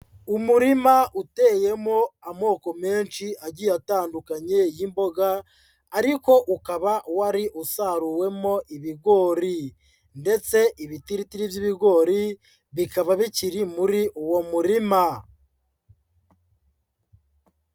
Umurima uteyemo amoko menshi agiye atandukanye y'imboga, ariko ukaba wari usaruwemo ibigori; ndetse ibitiritiri by'ibigori bikaba bikiri muri uwo murima.